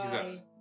Jesus